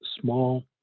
small